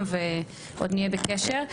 עוד נהיה בקשר.